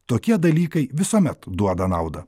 tokie dalykai visuomet duoda naudą